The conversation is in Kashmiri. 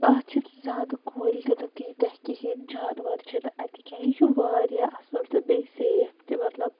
اَتھ چھَنہٕ زیادٕ کُلۍ تِنہٕ تیتیاہ کہینۍ جانوَر چھنہ اَتہِ کیٚنٛہہ یہِ چھِ وارِیَاہ اَصٕل تہٕ بیٚیہِ سیف تہِ مَطلَب